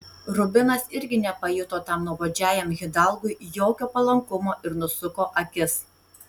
rubinas irgi nepajuto tam nuobodžiajam hidalgui jokio palankumo ir nusuko akis